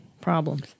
Problems